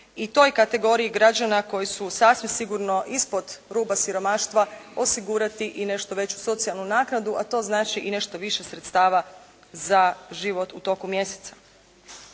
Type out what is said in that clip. i toj kategoriji građana koji su sasvim sigurno ispod ruba siromaštva osigurati i nešto veću socijalnu naknadu a to znači i nešto više sredstava za život u toku mjeseca.